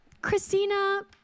christina